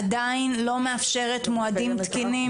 עדיין לא מאפשרת מועדים תקינים,